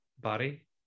body